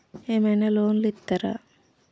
ఏమైనా లోన్లు ఇత్తరా?